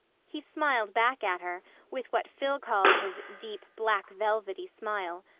he smiled back at her with what phil called his deep, black, velvety smile.